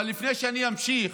אבל לפני שאני אמשיך,